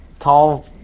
tall